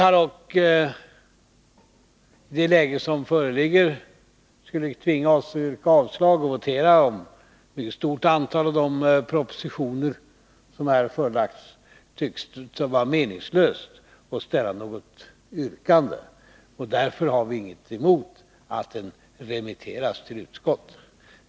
Då det läge som nu råder skulle tvinga oss att framställa yrkanden om att vi inte skall remittera ett mycket stort antal av de propositioner som har förelagts riksdagen, tycks det vara meningslöst att nu framställa något yrkande. Därför har vi inget emot att denna proposition remitteras till utskott.